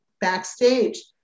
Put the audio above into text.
backstage